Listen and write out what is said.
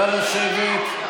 נא לשבת.